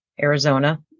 Arizona